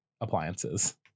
appliances